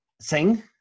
sing